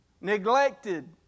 Neglected